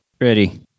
Ready